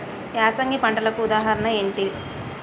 యాసంగి పంటలకు ఉదాహరణ ఏంటి?